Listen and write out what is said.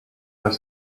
their